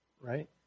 Right